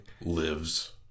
lives